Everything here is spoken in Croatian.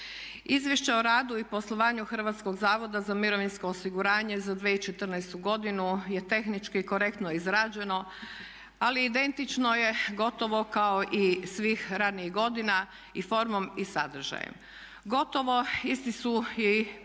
Izvješće o radu i poslovanju Hrvatskog zavoda za mirovinsko osiguranje za 2014. je tehnički korektno izrađeno ali identično je gotovo kao i svih ranijih godina i formom i sadržajem. Gotovo isti su i podaci,